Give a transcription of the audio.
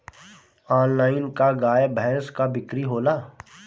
Online का गाय भैंस क बिक्री होला?